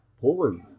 Poland